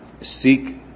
Seek